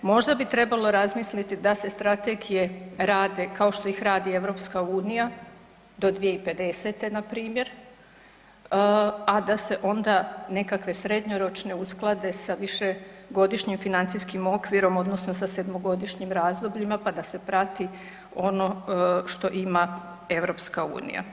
Možda bi trebalo razmisliti da se strategije rade kao što ih radi EU do 2050. npr., a da se onda nekakve srednjoročne usklade sa višegodišnjim financijskim okvirom odnosno sa 7-godišnjim razdobljima, pa da se prati ono što ima EU.